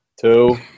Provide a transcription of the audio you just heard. two